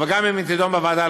אבל גם אם היא תידון בוועדה,